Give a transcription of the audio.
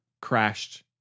crashed